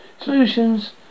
Solutions